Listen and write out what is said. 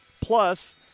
plus